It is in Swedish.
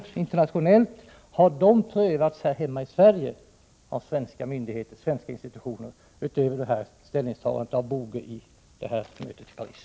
Har dessa bedömningar prövats av institutioner och myndigheter här i Sverige, utöver den prövning som gjorts av Ragnar Boge inför mötet i Paris?